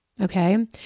Okay